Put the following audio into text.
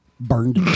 Burned